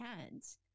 hands